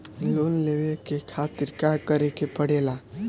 Loan लेवे के खातिर का करे के पड़ेला?